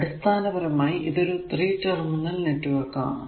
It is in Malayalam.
അടിസ്ഥാനപരമായി ഇതൊരു 3 ടെർമിനൽ നെറ്റ്വർക്ക് ആണ്